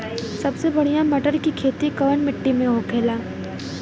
सबसे बढ़ियां मटर की खेती कवन मिट्टी में होखेला?